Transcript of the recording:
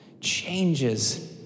changes